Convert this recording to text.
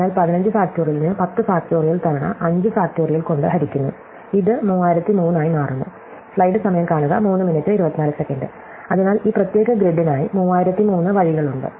അതിനാൽ 15 ഫാക്റ്റോറിയലിനെ 10 ഫാക്റ്റോറിയൽ തവണ 5 ഫാക്റ്റോറിയൽ കൊണ്ട് ഹരിക്കുന്നു ഇത് 3003 ആയി മാറുന്നു സ്ലൈഡ് സമയം കാണുക 0324 അതിനാൽ ഈ പ്രത്യേക ഗ്രിഡിനായി 3003 വഴികളുണ്ട്